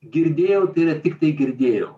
girdėjau tai yra tiktai girdėjau